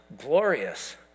glorious